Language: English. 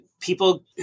people